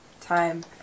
time